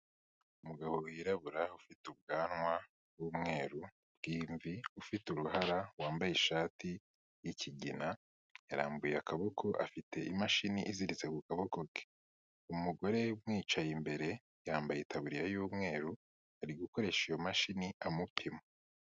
Umugabo wirabura ufite ubwanwa bw'umweru bw'imvi, ufite uruhara wambaye ishati y'ikigina, yarambuye akaboko, afite imashini iziritse ku kaboko ke. Umugore umwicaye imbere yambaye itaburiya y'umweru, ari gukoresha iyo mashini amupima.